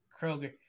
Kroger